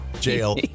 jail